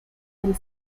del